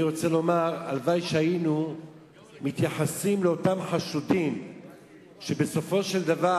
אני רוצה לומר שהלוואי שהיינו מתייחסים לאותם חשודים שבסופו של דבר